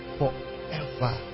forever